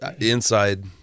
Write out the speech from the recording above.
inside